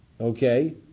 Okay